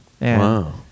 Wow